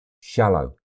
shallow